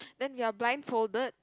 then you are blindfolded